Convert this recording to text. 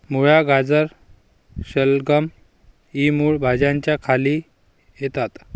मुळा, गाजर, शलगम इ मूळ भाज्यांच्या खाली येतात